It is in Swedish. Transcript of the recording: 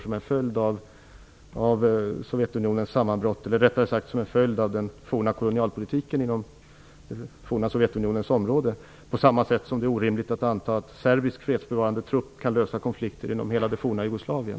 Konflikterna är en följd av Sovjetunionens sammanbrott eller rättare sagt av den forna kolonialpolitiken inom det forna Sovjetunionens område. På samma sätt är det orimligt att anta att serbisk fredsbevarande trupp kan lösa konflikter inom hela det forna Jugoslavien.